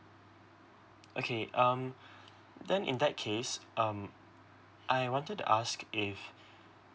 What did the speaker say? okay um then in that case um I wanted to ask if